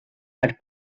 per